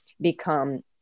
become